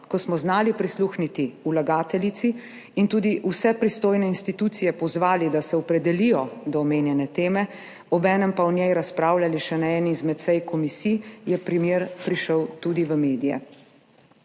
ko smo znali prisluhniti vlagateljici in tudi vse pristojne institucije pozvali, da se opredelijo do omenjene teme, obenem pa o njej razpravljali še na eni izmed sej komisij, je primer prišel tudi v medije.